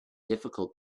difficult